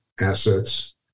assets